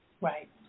Right